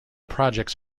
projects